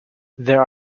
there